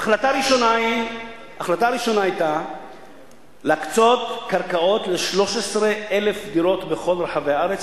החלטה ראשונה היתה להקצות קרקעות ל-13,000 דירות בכל רחבי הארץ,